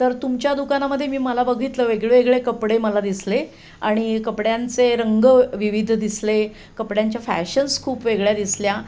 तर तुमच्या दुकानामध्ये मी मला बघितलं वेगळेवेगळे कपडे मला दिसले आणि कपड्यांचे रंग विविध दिसले कपड्यांच्या फॅशन्स खूप वेगळ्या दिसल्या